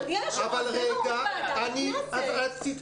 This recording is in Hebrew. אדוני היושב-ראש,